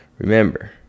Remember